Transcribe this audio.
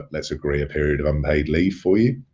let's agree a period of unpaid leave for you.